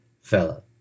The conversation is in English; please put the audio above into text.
fella